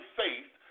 faith